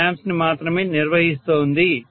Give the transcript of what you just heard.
2kVA10A ని మాత్రమే నిర్వహిస్తోంది